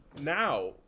now